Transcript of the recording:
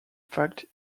fact